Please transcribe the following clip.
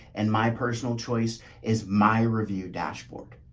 and my personal choice is my review dashboard.